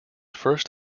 first